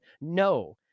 No